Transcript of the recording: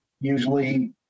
usually